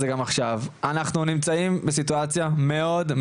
זה גם עכשיו - אנחנו נמצאים בסיטואציה מאוד,